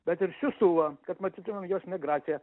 bet ir siųstuvą kad matytumėm jos migraciją